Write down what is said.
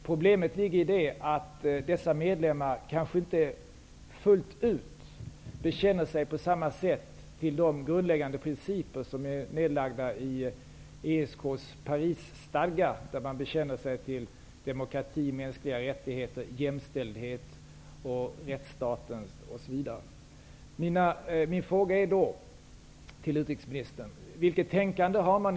Problemet ligger i att dessa medlemmar kanske inte på samma sätt fullt ut bekänner sig till de grundläggande principer som är nedlagda i ESK:s Parisstadga, där man bekänner sig till demokrati, skydd för mänskliga rättigheter, jämställdhet, rättstaten osv.